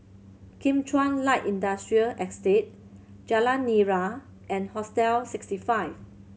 Kim Chuan Light Industrial Estate Jalan Nira and Hostel Sixty Five